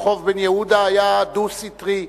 רחוב בן-יהודה היה דו-סטרי,